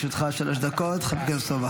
לרשותך שלוש דקות, חבר הכנסת סובה.